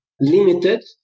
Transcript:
limited